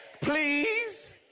please